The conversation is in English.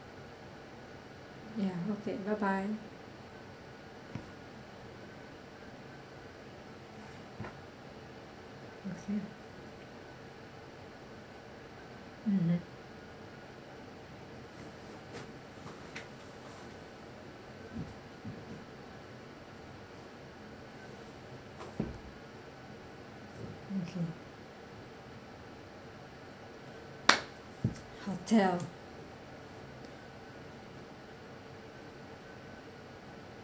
ya okay bye bye okay mm okay hotel